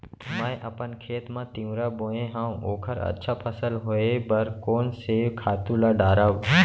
मैं अपन खेत मा तिंवरा बोये हव ओखर अच्छा फसल होये बर कोन से खातू ला डारव?